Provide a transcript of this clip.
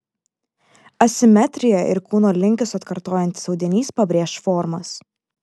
asimetrija ir kūno linkius atkartojantis audinys pabrėš formas